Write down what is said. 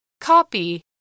Copy